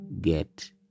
get